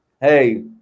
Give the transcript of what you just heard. hey